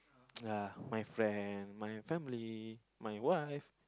ya my friend my family my wife